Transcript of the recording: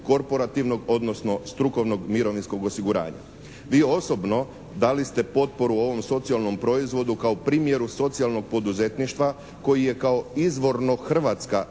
korporativnog odnosno strukovnog mirovinskog osiguranja. Vi osobno dali ste potporu ovom socijalnom proizvodu kao primjeru socijalnog poduzetništva koji je kao izvorno hrvatska